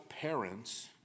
parents